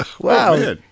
wow